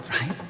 right